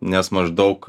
nes maždaug